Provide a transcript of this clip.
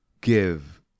give